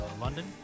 London